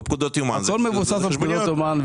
הכל מבוסס על פקודות יומן,